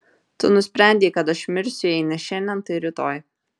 tu nusprendei kad aš mirsiu jei ne šiandien tai rytoj